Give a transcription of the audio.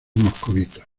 moscovita